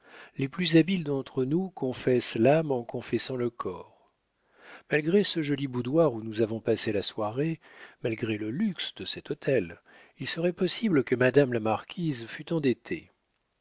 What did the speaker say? les plus habiles d'entre nous confessent l'âme en confessant le corps malgré ce joli boudoir où nous avons passé la soirée malgré le luxe de cet hôtel il serait possible que madame la marquise fût endettée